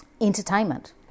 Entertainment